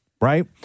right